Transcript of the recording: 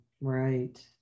Right